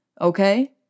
Okay